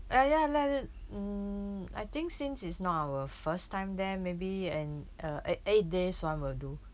ya ya like mm I think since is not our first time there maybe and uh ei~ eight days [one] will do